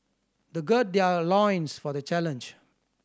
they gird their loins for the challenge